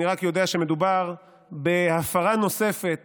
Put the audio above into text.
אני רק יודע שמדובר בהפרה נוספת